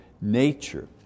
nature